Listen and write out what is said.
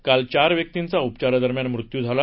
काल चार व्यक्तींचा उपचारा दरम्यान मृत्यू झाला